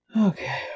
Okay